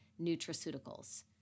nutraceuticals